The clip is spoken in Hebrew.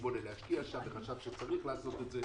ב-2008 להשקיע שם, וחשב שצריך לעשות את זה.